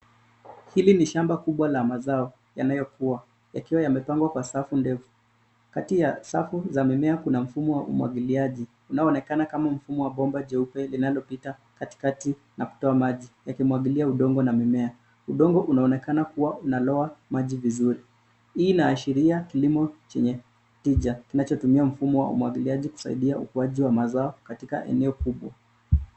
Hili ni shamba kubwa la mazao yanayokua, yakiwa yamepangwa kwa safu ndefu. Kati ya safu za mimea kuna mfumo wa umwagiliaji, unaonekana kama mfumo wa bomba jeupe linalopita katikati na kutoa maji yakimwagilia udongo na mimea. Udongo unaonekana kuwa unaloa maji vizuri. Hii inaashiria kilimo chenye tija kinachotumia mfumo wa umwagiliaji kusaidia ukuaji wa mazao katika eneo kubwa.